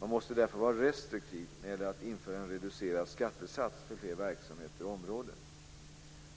Man måste därför vara restriktiv när det gäller att införa en reducerad skattesats för fler verksamheter och områden.